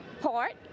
port